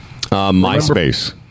MySpace